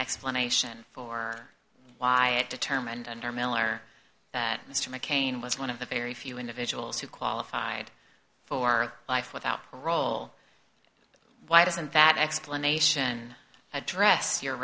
explanation for why it determined that mr mccain was one of the very few individuals who qualified for life without parole why doesn't that explanation address your